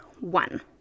one